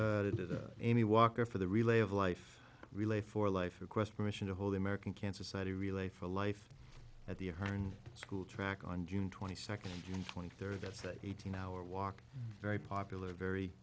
one any walker for the relay of life relay for life request permission to hold the american cancer society relay for life at the at her school track on june twenty second twenty third that's a eighteen hour walk very popular very